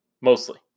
mostly